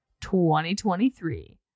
2023